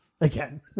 Again